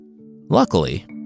Luckily